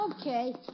Okay